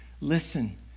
listen